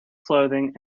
clothing